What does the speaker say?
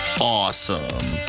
awesome